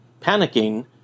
Panicking